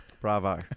Bravo